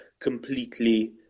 completely